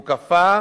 הוא כפה